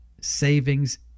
savings